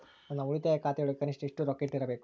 ನನ್ನ ಉಳಿತಾಯ ಖಾತೆಯೊಳಗ ಕನಿಷ್ಟ ಎಷ್ಟು ರೊಕ್ಕ ಇಟ್ಟಿರಬೇಕು?